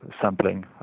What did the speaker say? sampling